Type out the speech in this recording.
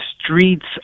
streets